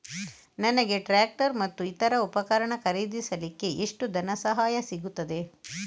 ನನಗೆ ಟ್ರ್ಯಾಕ್ಟರ್ ಮತ್ತು ಇತರ ಉಪಕರಣ ಖರೀದಿಸಲಿಕ್ಕೆ ಎಷ್ಟು ಧನಸಹಾಯ ಸಿಗುತ್ತದೆ?